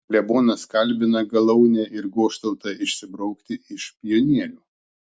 klebonas kalbina galaunę ir goštautą išsibraukti iš pionierių